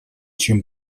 чем